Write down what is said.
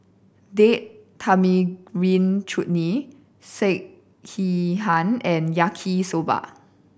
Date Tamarind Chutney Sekihan and Yaki Soba